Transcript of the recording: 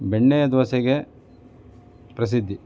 ಬೆಣ್ಣೆಯ ದೋಸೆಗೆ ಪ್ರಸಿದ್ಧಿ